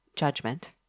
Judgment